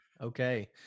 okay